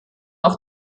auf